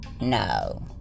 No